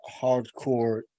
hardcore